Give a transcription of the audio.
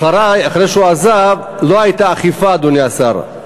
אחרי שהוא עזב לא הייתה אכיפה, אדוני השר.